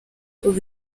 ubu